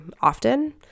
often